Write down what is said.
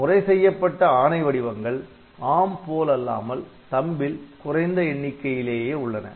முறை செய்யப்பட்ட ஆணை வடிவங்கள் ARM போலல்லாமல் THUMB ல் குறைந்த எண்ணிக்கையிலேயே உள்ளன